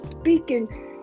speaking